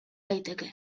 daiteke